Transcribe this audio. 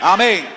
Amen